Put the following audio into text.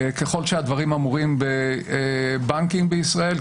ככל שהדברים אמורים בבנקים בישראל,